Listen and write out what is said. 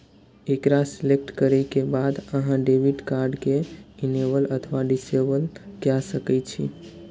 एकरा सेलेक्ट करै के बाद अहां डेबिट कार्ड कें इनेबल अथवा डिसेबल कए सकै छी